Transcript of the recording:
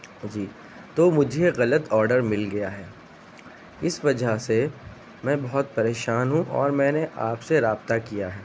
جی تو مجھےغلط آڈر مل گیا ہے اس وجہ سے میں بہت پریشان ہوں اور میں نے آپ سے رابطہ کیا ہے